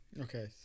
Okay